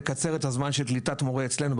לקצר את הזמן של קליטת מורה אצלנו,